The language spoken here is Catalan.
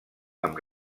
amb